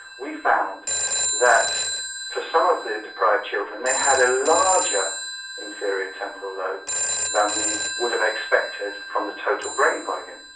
we found that for some of the deprived children they had a larger inferior temporal lobe than we would have expected from the total brain volume,